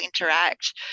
interact